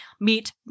meet